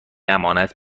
امانت